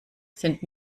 sind